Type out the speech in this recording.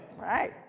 Right